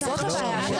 זאת הבעיה.